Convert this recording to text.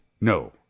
No